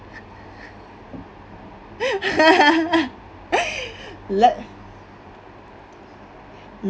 let